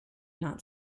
not